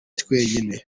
twenyine